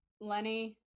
Lenny